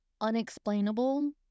unexplainable